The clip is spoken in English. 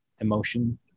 emotion